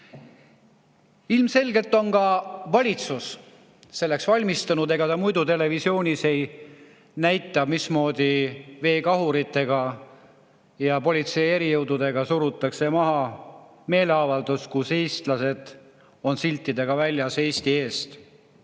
Ilmselgelt on ka valitsus selleks valmistunud, ega ta muidu televisioonis ei näitaks, mismoodi veekahuritega ja politsei erijõududega surutakse maha meeleavaldus, kus eestlased on siltidega väljas Eesti eest.